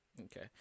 Okay